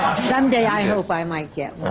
someday i hope i might get one,